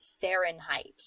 Fahrenheit